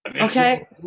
Okay